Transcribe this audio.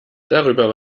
darüber